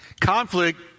Conflict